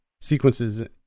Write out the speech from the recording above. sequences